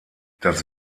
das